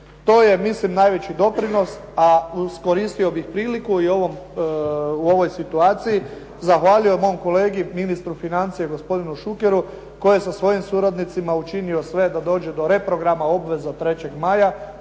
To je mislim najveći doprinos, a iskoristio bih priliku i u ovoj situaciji zahvalio mom kolegi ministru financija gospodinu Šukeru, koji je sa svojim suradnicima učinio sve da dođe do reprograma obveza "3. maja"